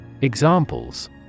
Examples